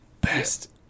best